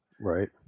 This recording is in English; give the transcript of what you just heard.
right